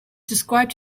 described